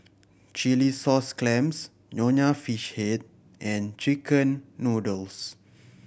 chilli sauce clams Nonya Fish Head and chicken noodles